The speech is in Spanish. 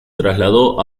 trasladó